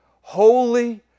holy